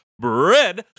Bread